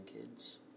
kids